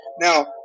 Now